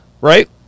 right